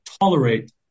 tolerate